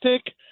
stick